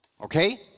Okay